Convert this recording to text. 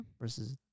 versus